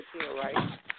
right